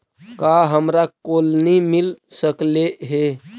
का हमरा कोलनी मिल सकले हे?